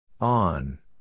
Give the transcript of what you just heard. On